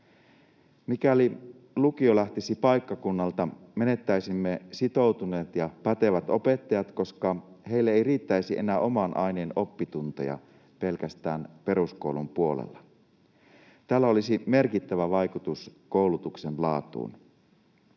Mikäli lukio lähtisi paikkakunnalta, menettäisimme sitoutuneet ja pätevät opettajat, koska heille ei riittäisi enää oman aineen oppitunteja pelkästään peruskoulun puolella. Tällä olisi merkittävä vaikutus koulutuksen laatuun.